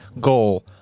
goal